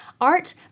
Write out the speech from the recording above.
Art